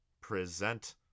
present